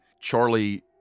Charlie